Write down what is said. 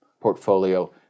portfolio